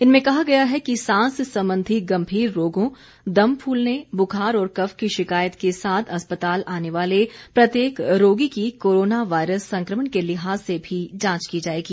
इनमें कहा गया है कि सांस संबंधी गंभीर रोगों दम फूलने बुखार और कफ की शिकायत के साथ अस्पताल आने वाले प्रत्येक रोगी की कोरोना वायरस संक्रमण के लिहाज से भी जांच की जाएगी